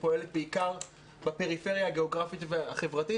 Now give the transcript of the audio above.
שפועלת בעיקר בפריפריה הגיאוגרפית והחברתית